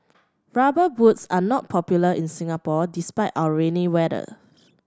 Rubber Boots are not popular in Singapore despite our rainy weather